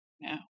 no